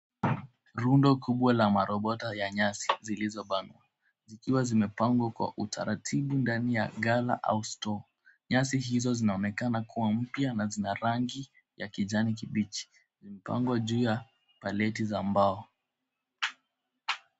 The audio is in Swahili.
Rundo kubwa la marobota ya nyasi zilizobanwa zikiwa zimepangwa kwa utaratibu ndani ya ghala au store . Nyasi hizo zinaonekana kuwa mpya na zina rangi ya kijani kibichi. Zimepangwa juu ya paleti za mbao.